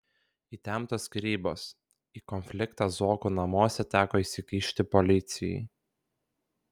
įtemptos skyrybos į konfliktą zuokų namuose teko įsikišti policijai